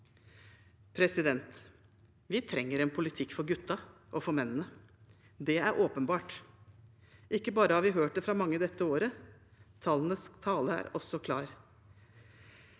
fram. Vi trenger en politikk for guttene og for mennene. Det er åpenbart. Ikke bare har vi hørt det fra mange dette året, tallenes tale er også klar.